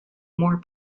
more